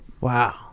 Wow